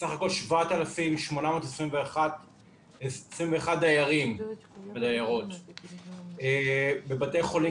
סך הכול 7,821 דיירים ודיירות בבתי חולים